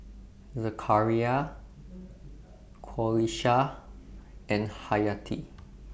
Zakaria Qalisha and Hayati